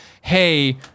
Hey